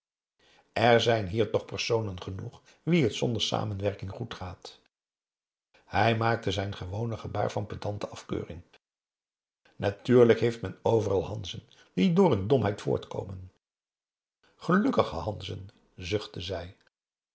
er zijn hier toch personen genoeg wien het zonder samenwerking goed gaat hij maakte zijn gewone gebaar van pedante afkeuring natuurlijk heeft men overal hanzen die door hun domheid voortkomen gelukkige hanzen zuchtte zij